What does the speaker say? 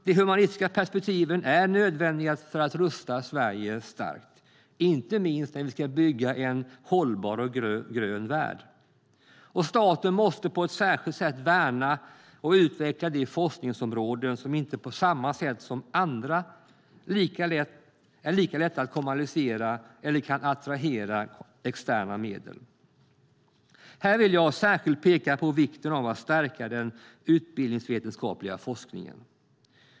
De humanistiska perspektiven är nödvändiga för att rusta Sverige starkt, inte minst när vi ska bygga en hållbar och grön värld. Staten måste på ett särskilt sätt värna och utveckla de forskningsområden som inte lika lätt som andra kan kommersialiseras eller attrahera externa medel. Här vill jag särskilt peka på vikten av att stärka den utbildningsvetenskapliga forskningen.